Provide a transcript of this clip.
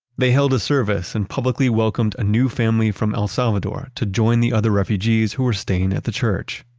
they held a service and publicly welcomed a new family from el salvador to join the other refugees who were staying at the church,